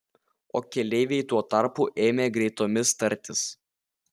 o keleiviai tuo tarpu ėmė greitomis tartis